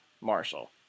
Marshall